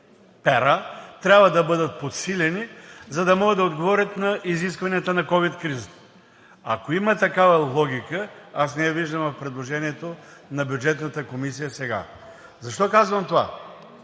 пера трябва да бъдат подсилени, за да могат да отговорят на изискванията на ковид кризата. Ако има такава логика, аз не я виждам в предложението на Бюджетната комисия сега. Защо казвам това?